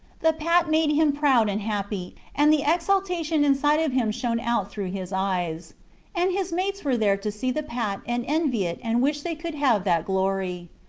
the pat made him proud and happy, and the exultation inside of him shone out through his eyes and his mates were there to see the pat and envy it and wish they could have that glory.